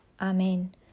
Amen